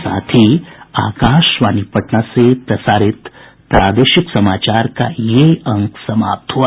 इसके साथ ही आकाशवाणी पटना से प्रसारित प्रादेशिक समाचार का ये अंक समाप्त हुआ